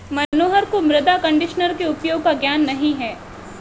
मनोहर को मृदा कंडीशनर के उपयोग का ज्ञान नहीं है